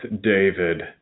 David